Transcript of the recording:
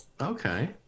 Okay